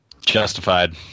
Justified